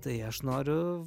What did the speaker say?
tai aš noriu